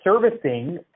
servicing